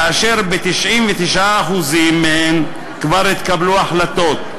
וב-99% מהן כבר התקבלו החלטות.